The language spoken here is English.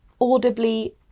audibly